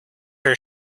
her